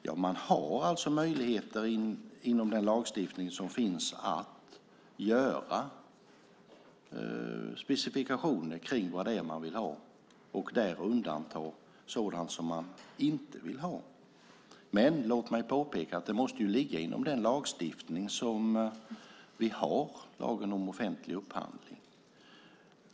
Ja, man har möjligheter inom den lagstiftning som finns att göra specifikationer av vad man vill ha och där undanta sådant som man inte vill ha. Men låt mig påpeka att det måste ligga inom den lagstiftning som vi har, lagen om offentlig upphandling.